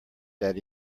that